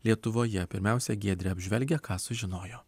lietuvoje pirmiausia giedrė apžvelgia ką sužinojo